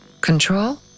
Control